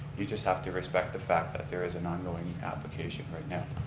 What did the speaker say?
you just have to respect the fact that there is an ongoing application right now.